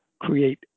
create